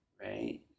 right